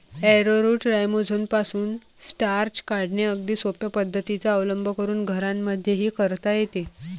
arrowroot राईझोमपासून starch काढणे अगदी सोप्या पद्धतीचा अवलंब करून घरांमध्येही करता येते